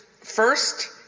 First